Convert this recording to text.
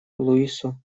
луису